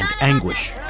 anguish